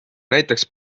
näiteks